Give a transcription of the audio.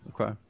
Okay